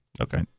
Okay